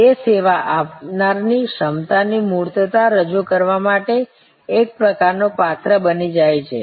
તે સેવા આપનાર ની ક્ષમતાની મૂર્તતા રજૂ કરવા માટે એક પ્રકારનું પાત્ર બની જાય છે